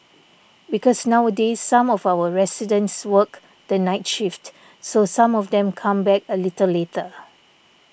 because nowadays some of our residents work the night shift so some of them come back a little later